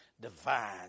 divine